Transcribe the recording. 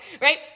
right